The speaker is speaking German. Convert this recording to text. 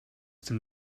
dem